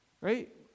right